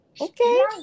okay